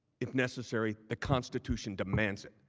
if necessary. the constitution demands it,